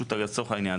לצורך העניין,